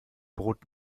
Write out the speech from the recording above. brot